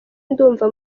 ndumva